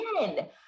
Again